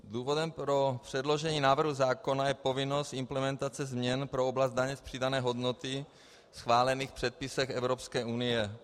Důvodem pro předložení návrhu zákona je povinnost implementace změn pro oblast daně z přidané hodnoty v schválených předpisech Evropské unie.